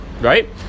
right